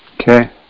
Okay